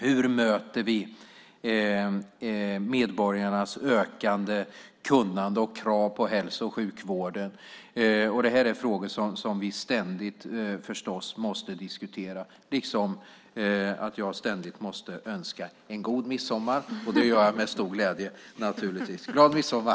Hur möter vi medborgarnas ökande kunnande och krav på hälso och sjukvården? Detta är frågor som vi ständigt förstås måste diskutera - liksom att jag ständigt måste önska en god midsommar, vilket jag naturligtvis gör med stor glädje. Glad midsommar!